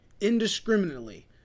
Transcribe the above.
indiscriminately